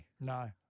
No